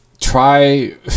try